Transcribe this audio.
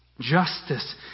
Justice